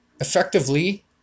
effectively